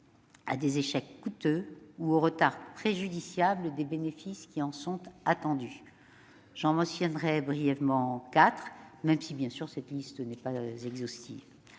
à des échecs coûteux ou au retard préjudiciable des bénéfices qui en sont attendus. J'en mentionnerai brièvement quatre, même si, bien sûr, cette liste n'est pas exhaustive.